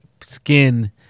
skin